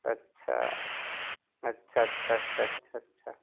اچھا اچھا اچھا اچھا اچھا اچھا